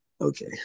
okay